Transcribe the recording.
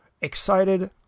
excited